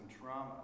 trauma